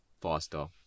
faster